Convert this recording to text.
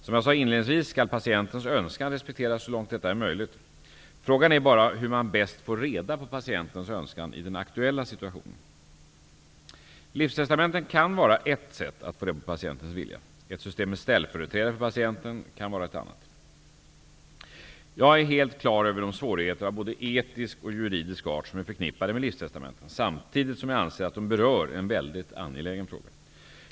Som jag sade inledningsvis skall patientens önskan respekteras så långt detta är möjligt. Frågan är bara hur man bäst får reda på patientens önskan i den aktuella situationen. Livstestamenten kan vara ett sätt att få reda på patientens vilja. Ett system med ställföreträdare för patienten kan vara ett annat. Jag är helt klar över de svårigheter av både etisk och juridisk art som är förknippade med livstestamenten, samtidigt som jag anser att de berör en väldigt angelägen fråga.